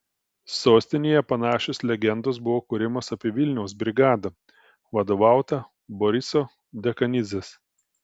sostinėje panašios legendos buvo kuriamos apie vilniaus brigadą vadovautą boriso dekanidzės